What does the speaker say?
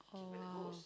oh !wow!